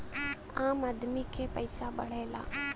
आम आदमी के पइसा बढ़ेला